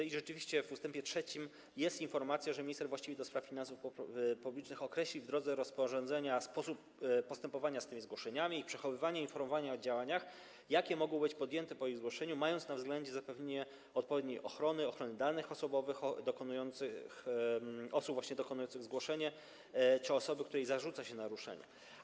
I rzeczywiście w ust. 3 jest informacja, że minister właściwy do spraw finansów publicznych określi w drodze rozporządzenia sposób postępowania z tymi zgłoszeniami i ich przechowywania, a także informowania o działaniach, jakie mogą być podjęte po ich zgłoszeniu, mając na względzie zapewnienie odpowiedniej ochrony, w tym ochrony danych osobowych, osoby dokonującej zgłoszenia czy osoby, której zarzuca się naruszenie.